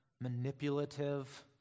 manipulative